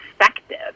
effective